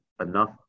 enough